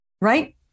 right